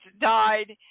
died